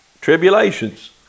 tribulations